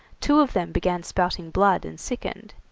two of them began spouting blood and sickened,